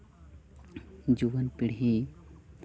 ᱡᱩᱣᱟᱹᱱ ᱯᱤᱲᱦᱤ